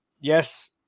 yes